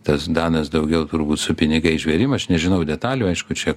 tas danas daugiau turbūt su pinigais žvėrim aš nežinau detalių aišku čia